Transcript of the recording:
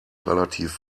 relativ